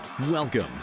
welcome